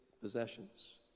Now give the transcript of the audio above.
possessions